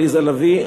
עליזה לביא,